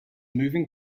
moving